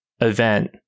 event